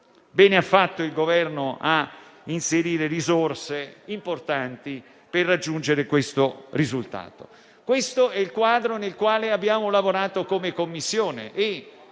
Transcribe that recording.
Bene ha fatto il Governo a inserire risorse importanti per raggiungere questo risultato. Ecco il quadro nel quale la Commissione